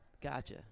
Gotcha